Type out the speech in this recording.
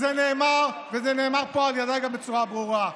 זה נאמר וזה נאמר גם על ידי בצורה ברורה.